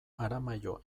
aramaio